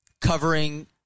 covering